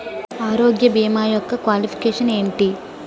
ఆరోగ్య భీమా యెక్క క్వాలిఫికేషన్ ఎంటి?